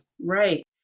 Right